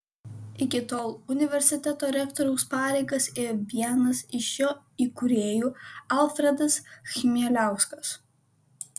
iki tol universiteto rektoriaus pareigas ėjo vienas iš jo įkūrėjų alfredas chmieliauskas